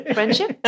Friendship